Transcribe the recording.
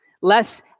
less